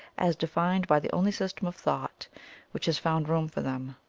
as defined by the only system of thought which has found room for them.